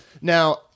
Now